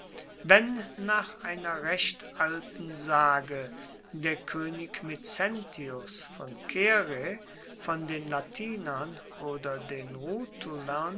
wenn nach einer recht alten sage der koenig mezentius von caere von den latinern oder den